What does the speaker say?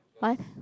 what